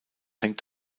hängt